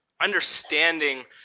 understanding